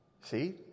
See